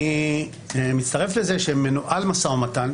אני מצטרף לזה שמנוהל משא ומתן,